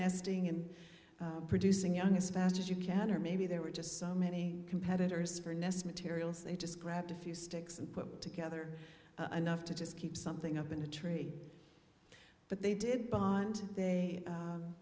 nesting and producing young dispatches you can or maybe there were just so many competitors for nest materials they just grabbed a few sticks and put together a nuff to just keep something up in the tree but they did bond they